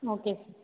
okay